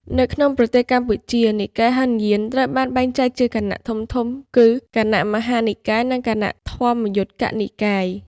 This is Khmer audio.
នៅក្នុងប្រទេសកម្ពុជា និកាយហីនយានត្រូវបានបែងចែកជាពីរគណៈធំៗគឺ គណៈមហានិកាយ និង គណៈធម្មយុត្តិកនិកាយ។